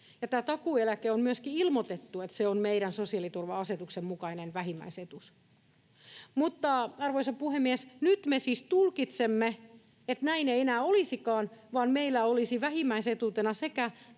tästä takuueläkkeestä on myöskin ilmoitettu, että se on meidän sosiaaliturva-asetuksen mukainen vähimmäisetuus. Mutta, arvoisa puhemies, nyt me siis tulkitsemme, että näin ei enää olisikaan, vaan meillä olisi vähimmäisetuutena sekä